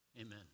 Amen